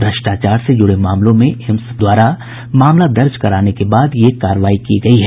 भ्रष्टाचार से जुड़े मामलों में एम्स प्रशासन द्वारा मामला दर्ज कराने के बाद ये कार्रवाई की गयी है